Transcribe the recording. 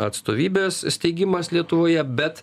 atstovybės steigimas lietuvoje bet